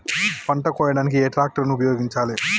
పంట కోయడానికి ఏ ట్రాక్టర్ ని ఉపయోగించాలి?